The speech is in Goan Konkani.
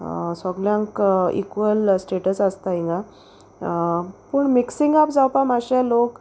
सोगल्यांक इक्वल स्टेटस आसता हिंगा पूण मिक्सिंग आप जावपा मातशें लोक